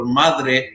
madre